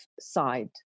side